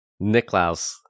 Niklaus